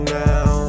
now